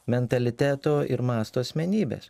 mentaliteto ir masto asmenybės